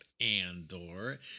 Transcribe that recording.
Andor